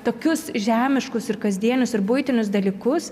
tokius žemiškus ir kasdienius ir buitinius dalykus